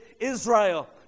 Israel